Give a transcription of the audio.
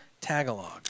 Tagalog